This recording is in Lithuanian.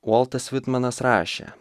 voltas vitmenas rašė